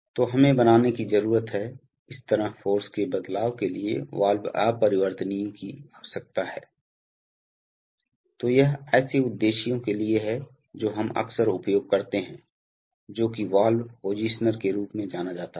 तो हमे बनाने की जरूरत है इस तरह फोर्स के बदलाव के लिए वाल्व अपरिवर्तनीय की आवशकता है तो यह ऐसे उद्देश्यों के लिए है जो हम अक्सर उपयोग करते हैं जो कि वाल्व पोजिशनर के रूप में जाना जाता है